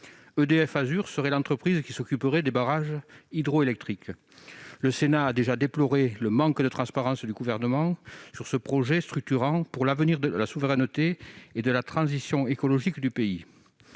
EDF Azur serait l'entreprise qui s'occuperait des barrages hydroélectriques. Le Sénat a déjà déploré le manque de transparence du Gouvernement sur ce projet structurant pour l'avenir de la souveraineté et de la transition écologiques du pays.